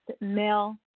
Male